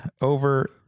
over